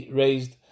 raised